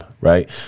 right